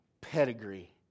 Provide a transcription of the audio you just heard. pedigree